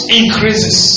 increases